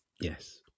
Yes